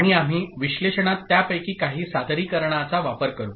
आणि आम्ही विश्लेषणात त्यापैकी काही सादरीकरणाचा वापर करू